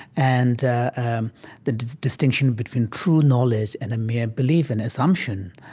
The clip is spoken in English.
and um the distinction between true knowledge and a mere belief in assumption.